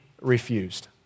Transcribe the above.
refused